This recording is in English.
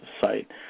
site